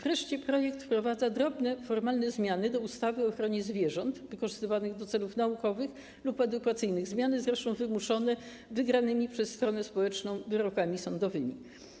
Wreszcie projekt wprowadza drobne, formalne zmiany do ustawy o ochronie zwierząt wykorzystywanych do celów naukowych lub edukacyjnych, zmiany wymuszone zresztą wygranymi przez stronę społeczną wyrokami sądowymi.